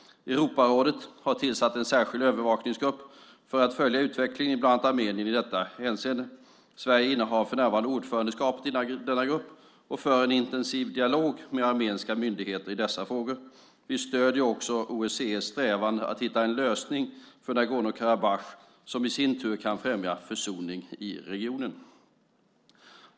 Europarådet har tillsatt en särskild övervakningsgrupp för att följa utvecklingen i bland annat Armenien i detta hänseende. Sverige innehar för närvarande ordförandeskapet i denna grupp och för en intensiv dialog med armeniska myndigheter i dessa frågor. Vi stöder också OSSE:s strävanden att hitta en lösning för Nagorno Karabach som i sin tur kan främja försoning i regionen.